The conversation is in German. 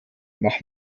mach